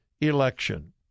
election